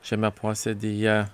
šiame posėdyje